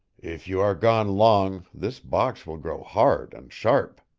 if you are gone long this box will grow hard and sharp.